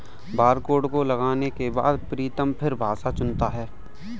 barcode को लगाने के बाद प्रीतम फिर भाषा चुनता है